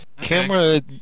Camera